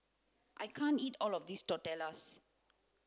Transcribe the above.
I can't eat all of this Tortillas